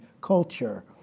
Culture